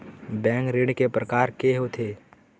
Bank ऋण के प्रकार के होथे?